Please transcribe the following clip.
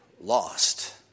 lost